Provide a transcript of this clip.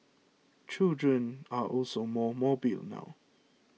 children are also more mobile now